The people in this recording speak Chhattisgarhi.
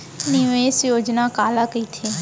निवेश योजना काला कहिथे?